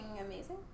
amazing